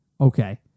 Okay